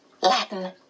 Latin